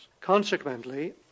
Consequently